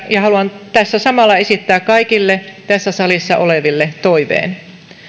ja haluan tässä samalla esittää kaikille tässä salissa oleville toiveen